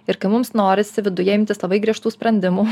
ir kai mums norisi viduje imtis labai griežtų sprendimų